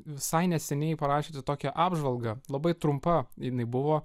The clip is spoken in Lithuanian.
visai neseniai parašėte tokią apžvalgą labai trumpa jinai buvo